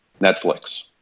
Netflix